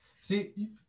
See